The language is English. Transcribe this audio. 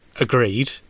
agreed